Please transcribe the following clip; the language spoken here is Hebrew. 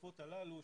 בשפות הללו,